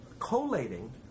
collating